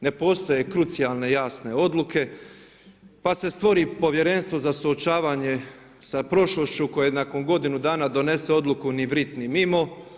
Ne postoje krucijalne jasne odluke, pa se stvori Povjerenstvo za suočavanje sa prošlošću koje nakon godinu dana donese odluku ni vrit, ni mimo.